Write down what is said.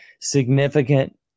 significant